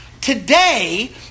today